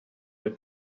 the